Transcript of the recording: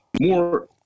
more